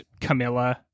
Camilla